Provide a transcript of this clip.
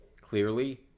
clearly